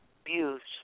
abused